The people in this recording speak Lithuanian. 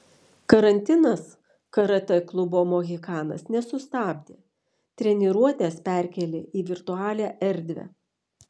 karantinas karatė klubo mohikanas nesustabdė treniruotes perkėlė į virtualią erdvę